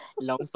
long